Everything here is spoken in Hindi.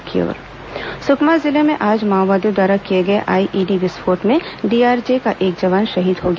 जवान शहीद सुकमा जिले में आज माओवादियों द्वारा किए गए आईईडी विस्फोट में डीआरजी का एक जवान शहीद हो गया